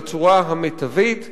בצורה המיטבית.